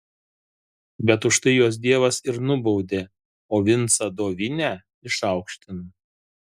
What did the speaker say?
bet už tai juos dievas ir nubaudė o vincą dovinę išaukštino